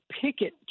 picket